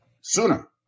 sooner